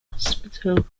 hospital